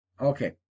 Okay